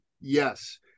Yes